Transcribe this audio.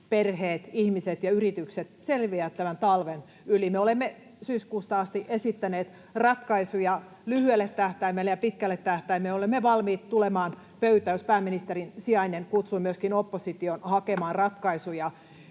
perheet, ihmiset ja yritykset selviävät tämän talven yli. Me olemme syyskuusta asti esittäneet ratkaisuja lyhyelle tähtäimelle ja pitkälle tähtäimelle. Olemme valmiit tulemaan pöytään, jos pääministerin sijainen kutsuu myöskin opposition hakemaan ratkaisuja.